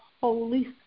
Holy